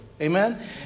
Amen